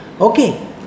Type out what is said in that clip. Okay